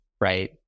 right